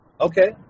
Okay